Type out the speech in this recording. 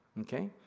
Okay